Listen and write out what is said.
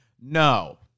No